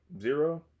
Zero